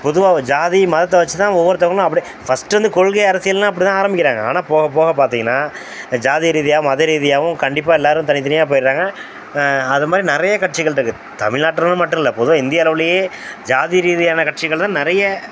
பொதுவாக வ ஜாதி மதத்தை வச்சு தான் ஒவ்வொருத்தங்களும் அப்படியே ஃபஸ்ட்டு வந்து கொள்கை அரசியல்னு அப்படி தான் ஆரமிக்கிறாங்க ஆனால் போகப் போக பார்த்தீங்கன்னா ஜாதி ரீதியாக மத ரீதியாகவும் கண்டிப்பாக எல்லோரும் தனித் தனியாக போயிடறாங்க அது மாதிரி நிறைய கட்சிகளிருக்கு தமிழ்நாட்டுல மட்டும் இல்லை பொதுவாக இந்திய அளவிலேயே ஜாதி ரீதியான கட்சிகள் தான் நிறைய